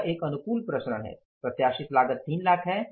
यह एक अनुकूल प्रसरण है प्रत्याशित लागत 3 लाख है